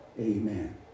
amen